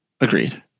Agreed